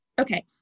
okay